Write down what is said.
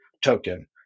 token